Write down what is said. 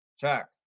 Check